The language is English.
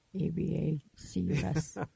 A-B-A-C-U-S